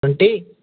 twenty